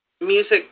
music